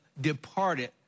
departed